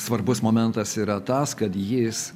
svarbus momentas yra tas kad jis